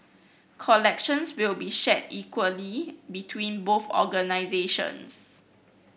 collections will be shared equally between both organisations